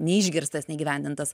neišgirstas neįgyvendintas